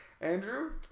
Andrew